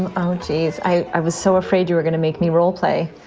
and oh, geez. i was so afraid you were gonna make me role-play